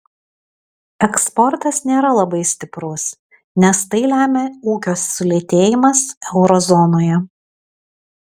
eksportas nėra labai stiprus nes tai lemia ūkio sulėtėjimas euro zonoje